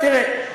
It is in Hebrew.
ובתיאום